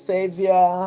Savior